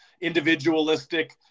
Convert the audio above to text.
individualistic